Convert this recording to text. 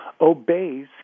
obeys